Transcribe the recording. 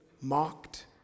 mocked